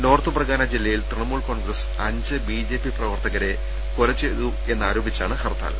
north Pargana ജില്ലയിൽ തൃണമൂൽ കോൺഗ്രസ് അഞ്ച് B J P പ്രവർത്തകരെ കൊല ചെയ്തുവെന്നാരോ പിച്ചാണ് ഹർത്താൽ